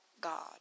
God